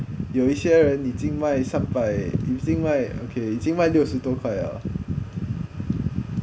有一些人已经卖三百已经卖 okay 已经卖六十多块了